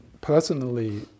personally